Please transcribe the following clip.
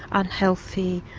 unhealthy,